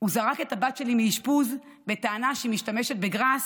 הוא זרק את הבת שלי מאשפוז בטענה שהיא משתמשת בגראס,